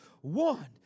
One